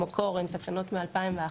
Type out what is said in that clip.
במקור, הן תקנות מ-2001.